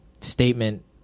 statement